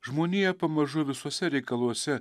žmonija pamažu visuose reikaluose